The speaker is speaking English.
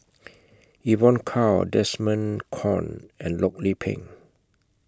Evon Kow Desmond Kon and Loh Lik Peng